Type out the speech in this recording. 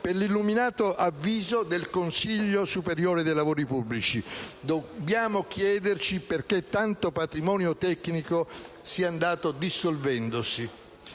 per l'illuminato avviso del Consiglio superiore dei lavori pubblici. Dobbiamo chiederci perché tanto patrimonio tecnico sia andato dissolvendosi.